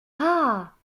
pas